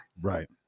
Right